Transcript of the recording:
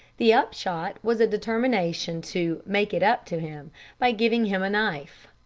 the upshot was a determination to make it up to him by giving him a knife.